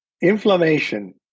inflammation